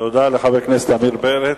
תודה לחבר הכנסת עמיר פרץ.